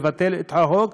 לבטל את החוק,